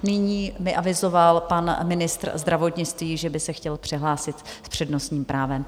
Nyní mi avizoval pan ministr zdravotnictví, že by se chtěl přihlásit s přednostním právem.